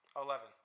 Eleven